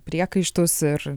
priekaištus ir